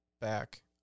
back